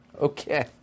Okay